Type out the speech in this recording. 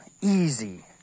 easy